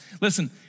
Listen